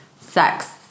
sex